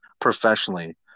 professionally